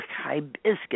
hibiscus